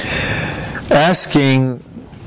asking